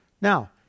Now